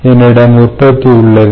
என்னிடம் உற்பத்தி உள்ளது